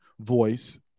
voice